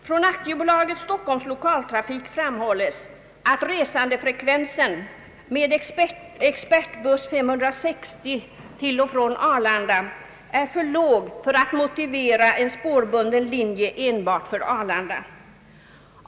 Från AB Storstockholms lokaltrafik framhålles att resandefrekvensen med expressbuss 560 till och från Arlanda är för låg för att motivera en spårbunden linje enbart för Arlanda.